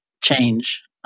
change